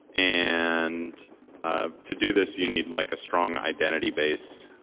and ah to do this, you need like a strong identity-base.